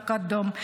תקאדום.